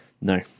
No